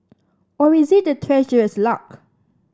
or is it the Treasurer's luck